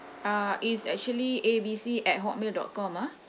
uh it's actually A B C at hotmail dot com ah